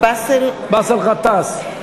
באסל גטאס.